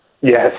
Yes